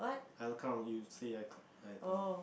I'll count you say I I count